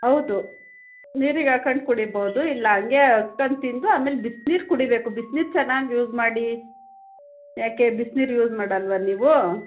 ಹೌದು ನೀರಿಗೆ ಹಾಕೊಂಡ್ ಕುಡಿಬೋದು ಇಲ್ಲ ಹಂಗೆ ಹಾಕ್ಕಂಡ್ ತಿಂದು ಆಮೇಲೆ ಬಿಸ್ನೀರು ಕುಡಿಬೇಕು ಬಿಸ್ನೀರು ಚೆನ್ನಾಗಿ ಯೂಸ್ ಮಾಡಿ ಯಾಕೆ ಬಿಸ್ನೀರು ಯೂಸ್ ಮಾಡೊಲ್ವಾ ನೀವು